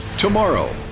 tomorrow.